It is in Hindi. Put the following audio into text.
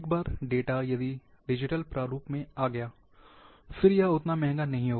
एक बार डेटा यदि डिजिटल रूप में आ गया है फिर यह उतना महँगा नहीं होगा